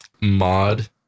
mod